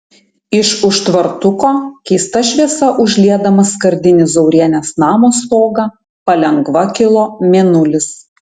iš už tvartuko keista šviesa užliedamas skardinį zaurienės namo stogą palengva kilo mėnulis